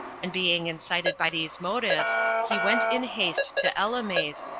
and being incited by these motives, he went in haste to elymais,